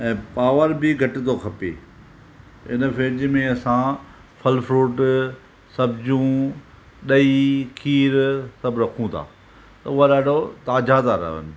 ऐं पॉवर बि घटि थो खपे हिन फ़्रिजु में असां फल फ्रूट सब्जियूं ॾही खीरु सभु रखूं था उहा ॾाढो ताज़ा था रहनि